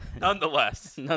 Nonetheless